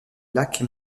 lac